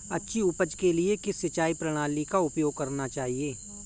अच्छी उपज के लिए किस सिंचाई प्रणाली का उपयोग करना चाहिए?